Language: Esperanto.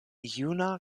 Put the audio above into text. juna